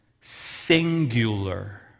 singular